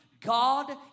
God